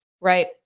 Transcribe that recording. right